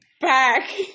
back